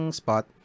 spot